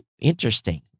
interesting